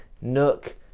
nook